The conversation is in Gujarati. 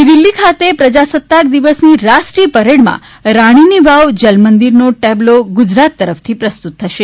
નવી દિલ્ફી ખાતે પ્રજાસત્તાક દિવસની રાષ્ટ્રીય પરેડમાં રાણીની વાવ જલ મંદિરનો ટેબ્લો ગુજરાત તરફથી પ્રસ્તુત થશે